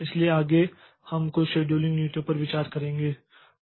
इसलिए आगे हम कुछ शेड्यूलिंग नीतियों पर विचार करेंगे